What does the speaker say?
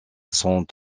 sont